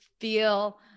feel